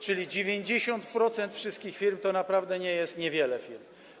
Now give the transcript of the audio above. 90% wszystkich firm to naprawdę nie jest niewiele firm.